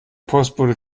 postbote